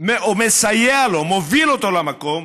או מסייע לו, מוביל אותו למקום,